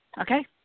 Okay